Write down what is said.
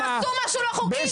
הם עשו משהו לא חוקי,